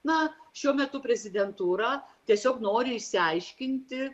na šiuo metu prezidentūra tiesiog nori išsiaiškinti